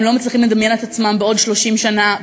הם לא מצליחים לדמיין את עצמם בעוד 30 שנה,